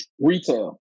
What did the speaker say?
retail